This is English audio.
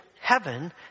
heaven